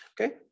okay